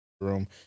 room